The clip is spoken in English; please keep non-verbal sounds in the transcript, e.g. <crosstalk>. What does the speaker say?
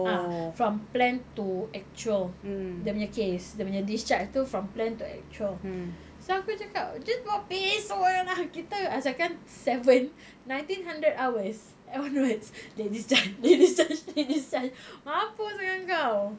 ah from plan to actual dia punya case dia punya discharge tu from plan to actual so aku cakap just buat besok one ah kita asalkan seven nineteen hundred hours onwards <laughs> they discharged they discharged they discharged mampus dengan kau